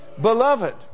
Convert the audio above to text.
Beloved